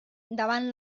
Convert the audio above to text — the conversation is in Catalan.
davant